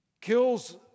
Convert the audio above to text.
kills